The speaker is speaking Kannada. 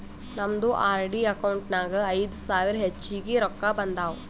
ನಮ್ದು ಆರ್.ಡಿ ಅಕೌಂಟ್ ನಾಗ್ ಐಯ್ದ ಸಾವಿರ ಹೆಚ್ಚಿಗೆ ರೊಕ್ಕಾ ಬಂದಾವ್